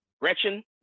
Gretchen